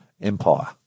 Empire